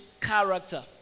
character